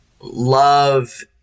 love